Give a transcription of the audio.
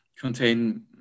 contain